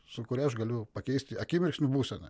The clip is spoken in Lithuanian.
su kuria aš galiu pakeisti akimirksniu būseną